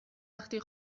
وقتی